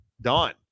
Done